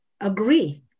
agree